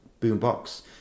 Boombox